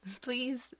Please